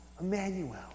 Emmanuel